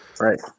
right